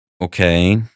okay